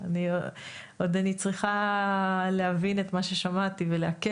אני עוד צריכה להבין את מה ששמעתי ולעכל